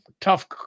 tough